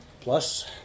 Plus